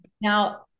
Now